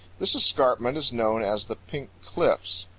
this escarpment is known as the pink cliffs.